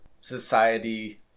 society